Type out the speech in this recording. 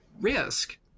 risk